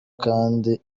kandi